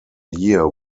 year